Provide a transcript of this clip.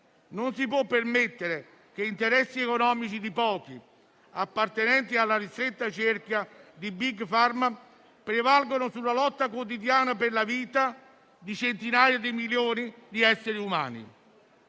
Non si può permettere che interessi economici di pochi appartenenti alla ristretta cerchia di *big pharma* prevalgano sulla lotta quotidiana per la vita di centinaia di milioni di esseri umani.